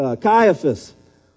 Caiaphas